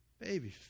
Baby